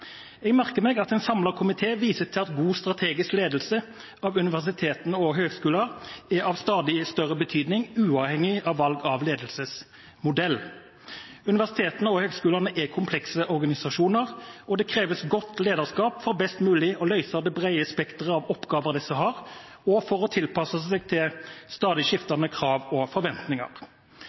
Jeg merker meg at en samlet komité viser til at god strategisk ledelse av universitetene og høyskolene er av stadig større betydning, uavhengig av valg av ledelsesmodell. Universitetene og høyskolene er komplekse organisasjoner, og det kreves godt lederskap for best mulig å løse det brede spekter av oppgaver disse har, og for å tilpasse seg stadig skiftende krav og forventninger.